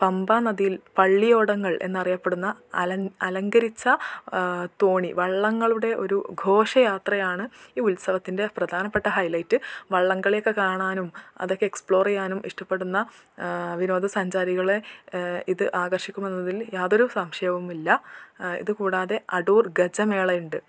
പമ്പ നദിയിൽ പള്ളിയോടങ്ങൾ എന്നറിയപ്പെടുന്ന അലം അലങ്കരിച്ച തോണി വള്ളങ്ങളുടെ ഒരു ഘോഷയാത്രയാണ് ഈ ഉത്സവത്തിൻ്റെ പ്രധാനപ്പെട്ട ഹൈലൈറ്റ് വളളം കളിയൊക്കെ കാണാനും അതൊക്കെ എക്സ്പ്ലോർ ചെയ്യാനും ഇഷ്ടപ്പെടുന്ന വിനോദ സഞ്ചാരികളെ ഇത് ആകർഷിക്കുമെന്നതിൽ യാതൊരു സംശയവും ഇല്ല ഇത് കൂടാതെ അടൂർ ഗജമേളയുണ്ട്